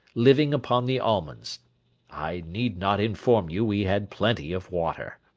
living upon the almonds i need not inform you we had plenty of water.